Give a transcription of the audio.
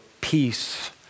peace